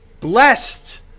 blessed